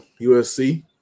USC